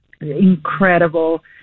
incredible